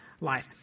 life